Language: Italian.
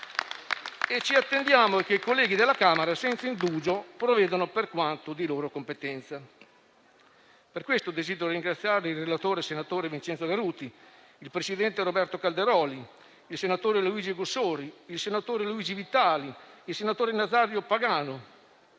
ci attendiamo che i colleghi della Camera dei deputati provvedano senza indugio per quanto di loro competenza. Desidero pertanto ringraziare il relatore, senatore Vincenzo Garruti, il presidente Roberto Calderoli, il senatore Luigi Augussori, il senatore Luigi Vitali, il senatore Nazario Pagano